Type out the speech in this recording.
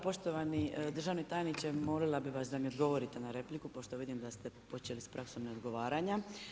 Poštovani državni tajniče molila bih vas da mi odgovorite na repliku pošto vidim da ste počeli s praksom neodgovaranja.